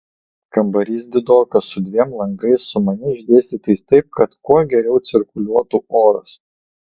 kambarys didokas su dviem langais sumaniai išdėstytais taip kad kuo geriau cirkuliuotų oras